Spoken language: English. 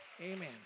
Amen